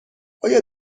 آیا